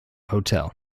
hotel